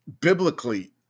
biblically